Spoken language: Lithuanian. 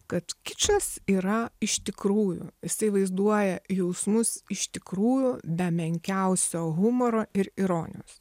kad kičas yra iš tikrųjų jisai vaizduoja jausmus iš tikrųjų be menkiausio humoro ir ironijos